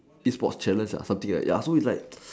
E sports challenge ah something like ya so it's like